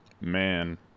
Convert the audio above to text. Man